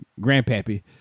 grandpappy